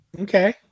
Okay